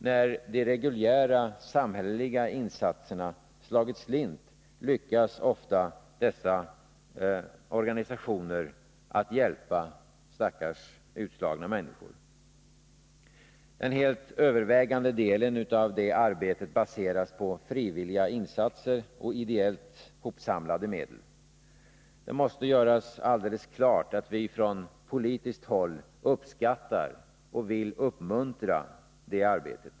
När de reguljära samhälleliga insatserna slagit slint lyckas ofta dessa organisationer hjälpa stackars utslagna människor. Den helt övervägande delen av det arbetet baseras på frivilliga insatser och på ideellt hopsamlade medel. Det måste göras alldeles klart att vi från politiskt håll uppskattar och vill uppmuntra det arbetet.